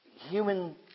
human